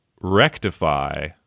rectify